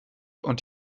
und